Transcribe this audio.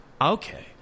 Okay